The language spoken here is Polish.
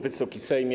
Wysoki Sejmie!